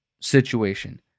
situation